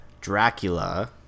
Dracula